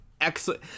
excellent